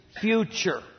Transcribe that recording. future